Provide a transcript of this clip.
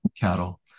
cattle